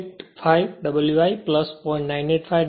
85 W i 0